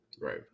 Right